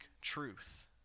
truth